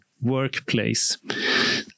workplace